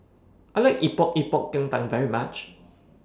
I like Epok Epok Kentang very much